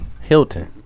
Hilton